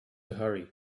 hurry